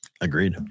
Agreed